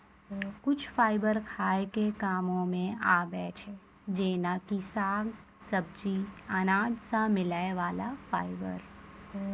कुछ फाइबर खाय के कामों मॅ आबै छै जेना कि साग, सब्जी, अनाज सॅ मिलै वाला फाइबर